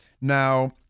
Now